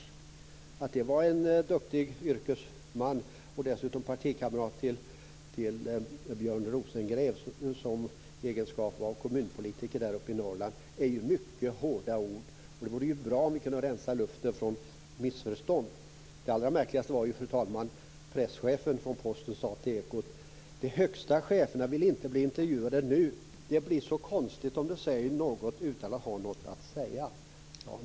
Med tanke på att detta var en duktig yrkesman, dessutom partikamrat till Björn Rosengren i egenskap av kommunpolitiker där uppe i Norrland, är ju detta mycket hårda ord. Det vore bra om vi kunde rensa luften från missförstånd. Det allra märkligaste, fru talman, var att Postens presschef sade till Ekot: De högsta cheferna vill inte bli intervjuade nu. Det blir så konstigt om de säger något utan att ha något att säga.